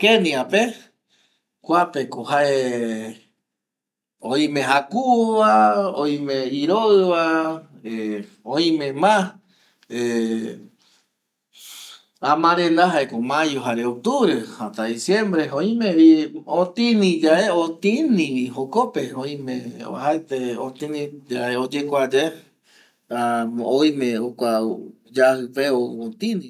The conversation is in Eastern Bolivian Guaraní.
Kenia pe kuape ko jae oime jakuvo va oime iroiva ˂hesitation˃ oime ˂hesitation˃ ma amarenda jaeko va mayo jare octubre hasta diciembre oime vi otini yae otini jokope oime uajaete otini oyekua yave jaema oime jokua yaji pe otini.